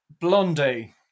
Blondie